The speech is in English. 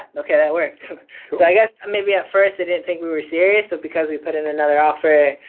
okay that worked. so i guess maybe a first they didn't think we were serious but because we put in another offer.